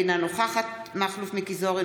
אינה נוכחת מכלוף מיקי זוהר,